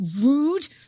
rude